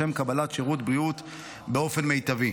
לשם קבלת שירות בריאות באופן מיטבי.